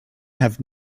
have